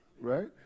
Right